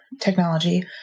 technology